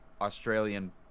Australian